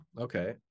Okay